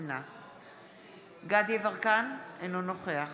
דסטה גדי יברקן, אינו נוכח